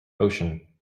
ocean